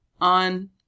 on